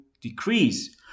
decrease